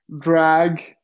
drag